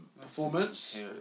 performance